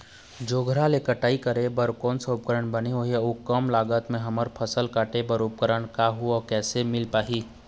जोंधरा के कटाई करें बर कोन सा उपकरण बने होही अऊ कम लागत मा हमर फसल कटेल बार उपकरण कहा अउ कैसे मील पाही?